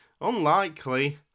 Unlikely